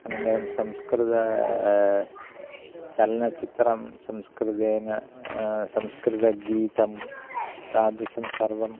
अनन्तरं संस्कृते चलनचित्रं संस्कृतेन संस्कृतगीतं तादृशं सर्वम्